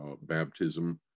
baptism